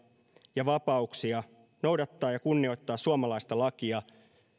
ja vapauksia noudattaa ja kunnioittaa suomalaista lakia